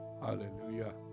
hallelujah